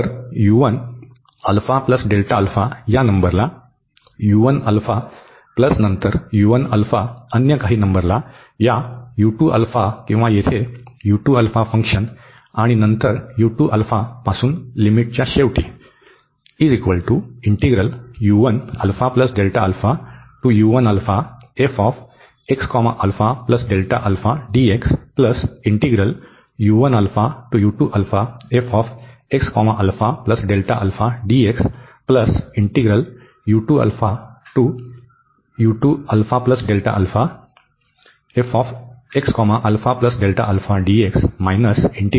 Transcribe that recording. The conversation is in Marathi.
तर या नंबरला प्लस नंतर अन्य काही नंबरला या किंवा येथे फंक्शन आणि नंतर पासून लिमिटच्या शेवटी